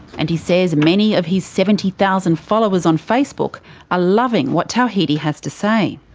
and he says many of his seventy thousand followers on facebook are loving what tawhidi has to say.